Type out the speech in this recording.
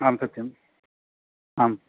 आं सत्यम् आम्